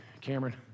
Cameron